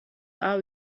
are